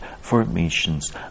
formations